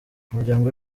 umuryango